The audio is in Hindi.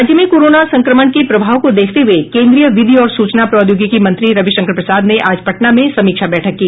राज्य में कोरोना संक्रमण के प्रभाव को देखते हुये केन्द्रीय विधि और सूचना प्रौद्योगिकी मंत्री रविशंकर प्रसाद ने आज पटना में समीक्षा बैठक की